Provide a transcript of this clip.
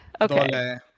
Okay